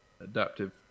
Adaptive